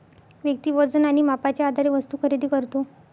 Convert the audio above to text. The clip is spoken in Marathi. व्यक्ती वजन आणि मापाच्या आधारे वस्तू खरेदी करतो